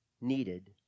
needed